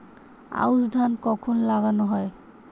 আউশ ধান কখন লাগানো হয়?